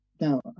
Now